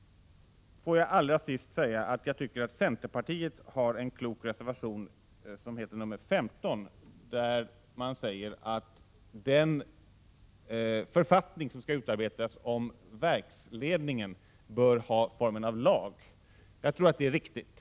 Låt mig allra sist säga att jag tycker att centerpartiet har en klok reservation, som heter nr 15, där man säger att den författning som skall utarbetas om verksledningen bör ha formen av lag. Jag tror att det är riktigt.